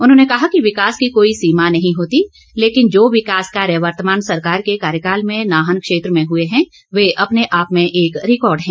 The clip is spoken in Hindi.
उन्होंने कहा कि विकास की कोई सीमा नहीं होती लेकिन जो विकास कार्य वर्तमान सरकार के कार्यकाल में नाहन क्षेत्र में हुए हैं वे अपने आप में एक रिकार्ड है